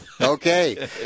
Okay